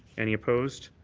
any opposed?